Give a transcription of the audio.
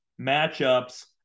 matchups